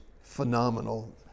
phenomenal